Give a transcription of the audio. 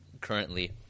currently